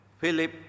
Philip